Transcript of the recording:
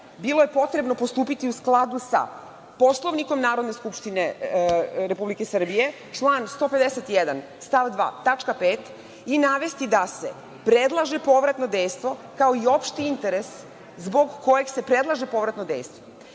bilo je potrebno postupiti u skladu sa Poslovnikom Narodne skupštine Republike Srbije, član 151. stav 2. tačka 5) i navesti da se predlaže povratno dejstvo, kao i opšti interes zbog kojeg se predlaže povratno